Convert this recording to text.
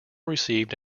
received